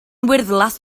wyrddlas